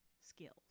skills